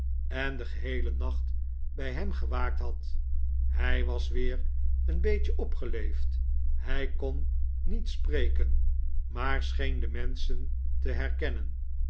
en den geheelen nacht bij hem gewaakt had hij was weer een beetje opgeleefd hij kon niet spreken maar scheen de menschen te herkennen